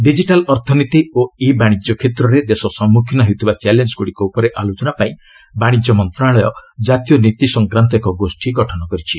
digital ଅର୍ଥନୀତି ଓ e ବାଣିଜ୍ୟ କ୍ଷେତ୍ରରେ ଦେଶ ସମ୍ମୁଖୀନ ହେଉଥିବା ଚ୍ୟାଲେଞ୍ଜଗୁଡ଼ିକ ଉପରେ ଆଲୋଚନା ପାଇଁ ବାଶିଜ୍ୟ ମନ୍ତ୍ରଣାଳୟ କାତୀୟ ନୀତି ସଂକ୍ରାନ୍ତ ଏକ ଗୋଷୀ ଗଠନ କରିଛି